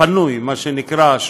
מה שנקרא: הפנוי,